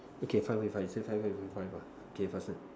okay five is five he said five and five ah okay faster